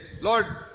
Lord